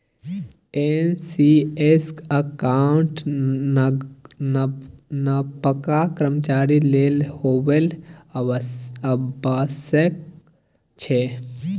NPS account नबका कर्मचारी लेल खोलब आबश्यक छै